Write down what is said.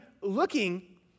looking